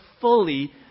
fully